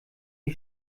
die